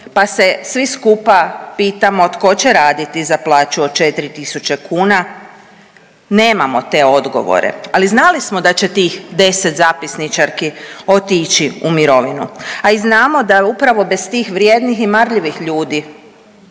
pa se svi skupa pitamo tko će raditi za plaću od 4000 kuna? Nemamo te odgovore. Ali znali smo da će tih deset zapisničarki otići u mirovinu, a i znamo da je upravo bez tih vrijednih i marljivih ljudi